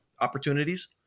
opportunities